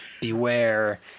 Beware